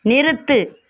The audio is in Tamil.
நிறுத்து